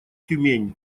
тюмень